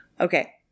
Okay